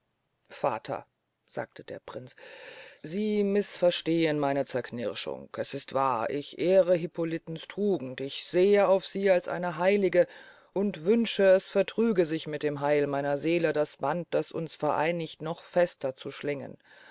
vater sagte der prinz sie mißverstehen meine zerknirschung es ist wahr ich ehre hippolitens tugenden ich sehe auf sie als eine heilige und wünsche es vertrüge sich mit dem heil meiner seele das band das uns vereinigt noch fester zu schlingen